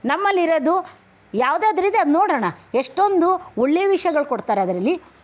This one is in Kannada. ನಮ್ಮಲಿರೋದು ಯಾವುದಾದ್ರಿದೆ ಅದು ನೋಡೋಣ ಎಷ್ಟೊಂದು ಒಳ್ಳೆ ವಿಷಯಗಳು ಕೊಡ್ತಾರೆ ಅದರಲ್ಲಿ